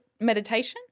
meditation